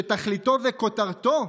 שתכליתו וכותרתו: